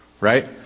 right